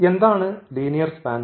എന്താണ് linear span